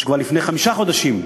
שכבר לפני חמישה חודשים,